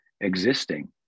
existing